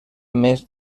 més